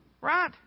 Right